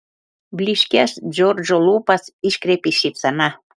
blyškias džordžo lūpas iškreipė šypsena